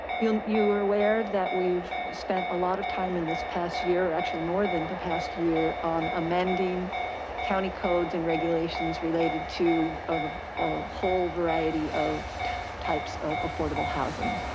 you you are aware that we've spent a lot of time in this past year, actually more than the past year on amending county codes and regulations related to a whole variety of types of affordable housing.